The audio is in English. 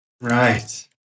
Right